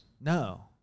No